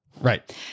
right